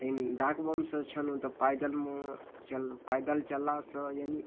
लेकिन डाकबमसँ छलहुँ तऽ पैदलमे चल पैदल चललासँ यानि